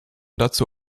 dazu